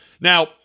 Now